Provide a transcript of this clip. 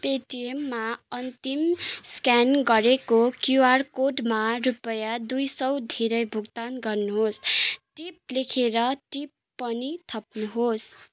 पेटिएममा अन्तिम स्क्यान गरिएको क्युआर कोडमा रुपैयाँ दुई सौ धेरै भुक्तान गर्नुहोस् टिप लेखेर टिप्पणी थप्नुहोस्